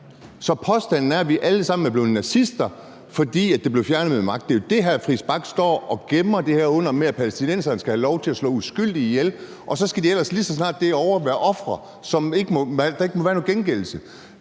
Så påstanden er, at vi alle sammen er blevet nazister, fordi de blev fjernet med magt. Det er jo det, hr. Christian Friis Bach står og gemmer det her under, nemlig at palæstinenserne skal have lov til at slå uskyldige ihjel, og at så skal de ellers, lige så snart det er ovre, være ofre, og der må ikke være noget gengældelse.